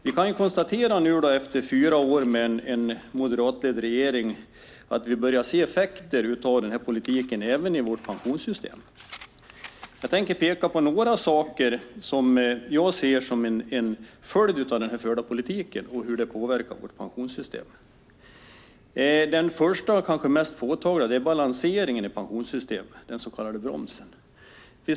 Vi kan konstatera efter fyra år med en moderatledd regering att vi börjar se effekter av denna politik även i vårt pensionssystem. Jag ska peka på några saker som jag ser som en följd av den förda politiken och hur det påverkar vårt pensionssystem. Den första och kanske mest påtagliga effekten är balanseringen i pensionssystemet, den så kallade bromsen.